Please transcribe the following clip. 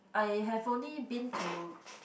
I have only been to